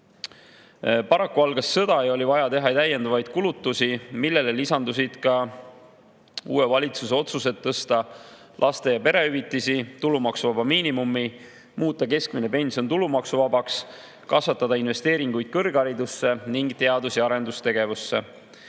algas sõda ja oli vaja teha täiendavaid kulutusi, millele lisandusid ka uue valitsuse otsused tõsta laste‑ ja perehüvitisi ning tulumaksuvaba miinimumi, muuta keskmine pension tulumaksuvabaks, kasvatada investeeringuid kõrgharidusse ning teadus‑ ja arendustegevusse